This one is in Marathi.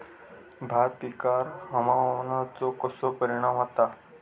भात पिकांर हवामानाचो कसो परिणाम होता?